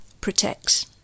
protects